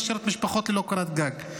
הם משאירים משפחות ללא קורת גג.